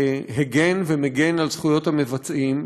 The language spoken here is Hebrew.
שהגן ומגן על זכויות המבצעים,